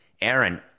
Aaron